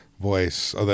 voice